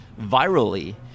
virally